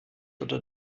würde